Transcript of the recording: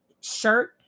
shirt